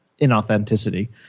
inauthenticity